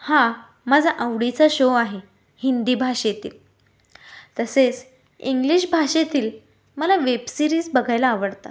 हा माझा आवडीचा शो आहे हिंदी भाषेतील तसेच इंग्लिश भाषेतील मला वेबसिरीज बघायला आवडतात